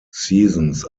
seasons